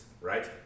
Right